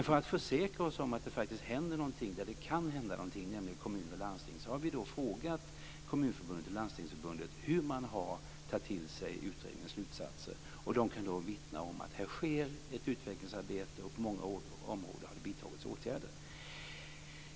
För att försäkra oss om att det verkligen händer någonting där det kan hända någonting, nämligen inom kommuner och landsting, har vi frågat Kommunförbundet och Landstingsförbundet hur man har tagit till sig utredningens slutsatser. De kunde då vittna om att det sker ett utvecklingsarbete och att det på många områden har vidtagits åtgärder.